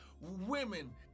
women